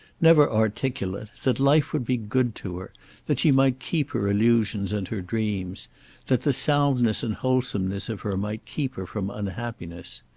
never articulate, that life would be good to her that she might keep her illusions and her dreams that the soundness and wholesomeness of her might keep her from unhappiness.